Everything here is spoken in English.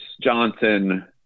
Johnson